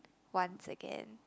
once again